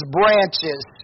branches